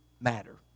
matter